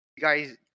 guys